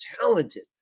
talented